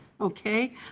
okay